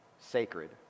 sacred